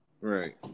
right